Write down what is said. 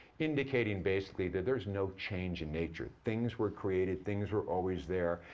indicating basically that there's no change in nature. things were created, things were always there,